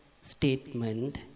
statement